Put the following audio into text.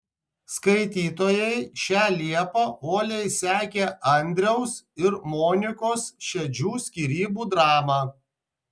skaitytojai šią liepą uoliai sekė andriaus ir monikos šedžių skyrybų dramą